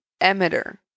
emitter